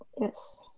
Yes